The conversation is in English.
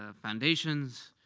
ah foundations,